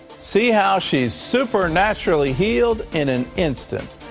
see how he is supernaturally healed in an instant.